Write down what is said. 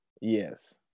Yes